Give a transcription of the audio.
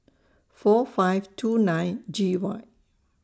four five two nine G Y